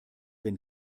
wenn